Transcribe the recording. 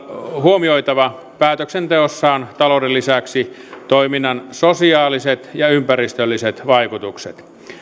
huomioitava päätöksenteossaan talouden lisäksi toiminnan sosiaaliset ja ympäristölliset vaikutukset